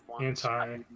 Anti